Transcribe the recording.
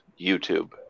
YouTube